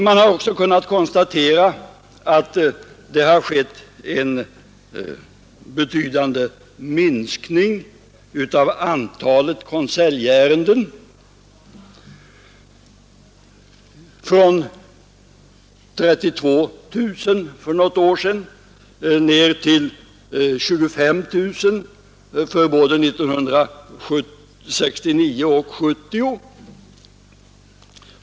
Man har också kunnat konstatera att det har skett en betydande minskning av antalet konseljärenden — från 32 000 för några år sedan ner till 25 000 vartdera för både 1969 och 1970.